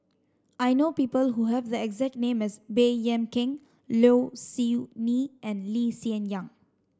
I know people who have the exact name as Baey Yam Keng Low Siew Nghee and Lee Hsien Yang